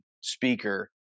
speaker